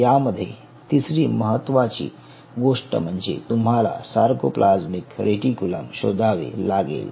यामध्ये तिसरी महत्त्वाची गोष्ट म्हणजे तुम्हाला सारकोप्लाज्मिक रेटिकुलम शोधावे लागेल